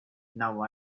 now